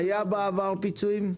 היו בעבר פיצויים?